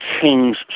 King's